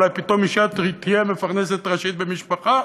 אולי פתאום אישה תהיה מפרנסת ראשית במשפחה,